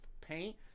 paint